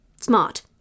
smart